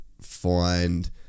find